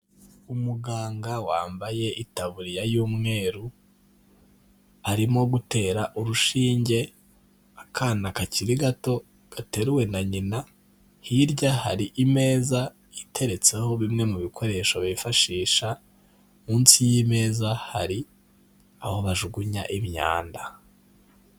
Umuganga wambaye itaburiya y'umweru, arimo gutera urushinge akana kakiri gato gateruwe na nyina, hirya hari imeza iteretseho bimwe mu bikoresho bifashisha, munsi y'imeza hari aho bajugunya imyanda.